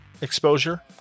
exposure